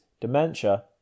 dementia